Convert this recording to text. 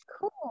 cool